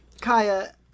Kaya